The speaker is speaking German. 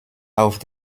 auf